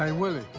ah willie.